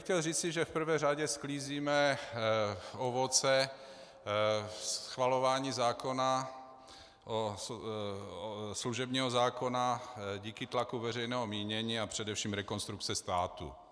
Chtěl bych říci, že v prvé řadě sklízíme ovoce schvalování služebního zákona díky tlaku veřejného mínění a především Rekonstrukce státu.